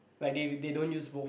like they they don't use both